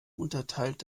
unterteilt